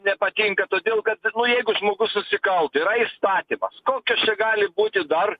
nepatinka todėl kad jeigu žmogus susikaltų yra įstatymas kokios čia gali būti dar